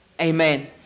Amen